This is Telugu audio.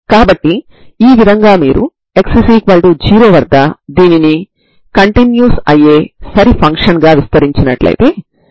కాబట్టి ఈ రెండింటినీ కలపడం వల్ల మనం సాధారణ పరిష్కారాన్ని Xxc1cos μx c2sin μx గా పొందుతాము